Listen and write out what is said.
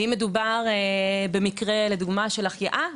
ואם מדובר במקרה של החייאה,